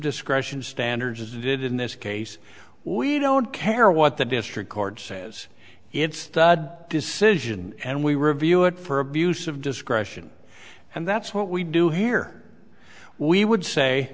discretion standard as it did in this case we don't care what the district court says its decision and we review it for abuse of discretion and that's what we do here we would say